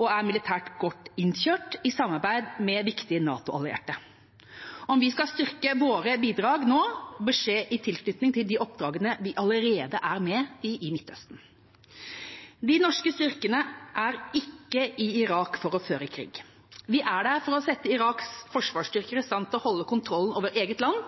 og er militært godt innkjørt, i samarbeid med viktige NATO-allierte. Om vi skal styrke våre bidrag nå, bør det skje i tilknytning til de oppdragene vi allerede er med på i Midtøsten. De norske styrkene er ikke i Irak for å føre krig. De er der for å sette Iraks forsvarsstyrker i stand til å holde kontrollen over eget land